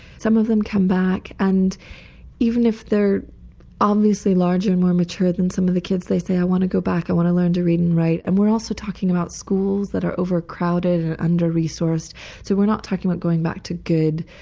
some of them come back and even if they're obviously larger and more mature than some of the kids they say they, i want to go back, i want to learn to read and write'. and we're also talking about schools that are overcrowded and under resourced so we're not talking about going back to good,